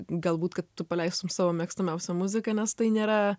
galbūt kad tu paleistum savo mėgstamiausią muziką nes tai nėra